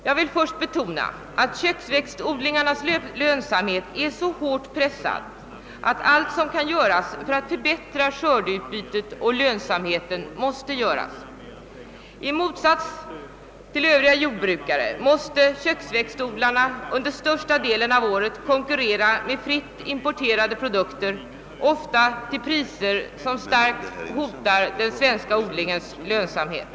Jag vill först betona att köksväxtodlingarnas lönsamhet är så hårt pressad att allt som kan göras för att förbättra skördeutbytet och lönsamheten måste göras. I motsats till övriga jordbrukare måste köksväxtodlarna under största delen av året konkurrera med fritt importerade produkter, ofta till priser som starkt hotar den svenska odlingens lönsamhet.